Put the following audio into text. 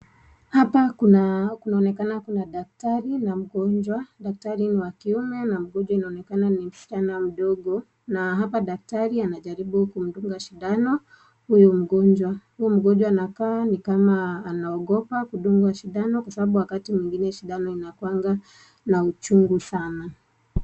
Hapa kunaonekana kuna daktari na mgonjwa, daktari ni wa kiume na mgonjwa inaonekana ni msichana mdogo na hapa daktari anajaribu kumdunga sindano huyu mgonjwa, huyu mgonjwa anakaa ni kama anaogopa kudungwa sindano sababu wakati mwingine sindano inakuanga na uchungu sana.